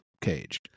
cage